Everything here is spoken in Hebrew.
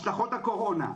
השלכות הקורונה,